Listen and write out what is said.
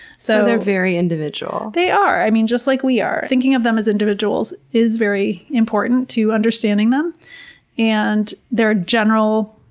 so they're very individual. they are, i mean just like we are. thinking of them as individuals is very important to understanding them and their general,